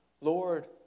Lord